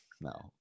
no